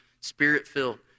spirit-filled